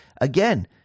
again